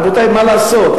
רבותי, מה לעשות?